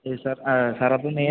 അയ്യോ sir sir അപ്പം ഏ